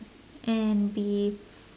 and be